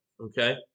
Okay